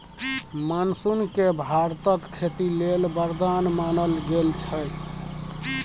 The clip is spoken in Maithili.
मानसून केँ भारतक खेती लेल बरदान मानल गेल छै